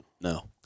No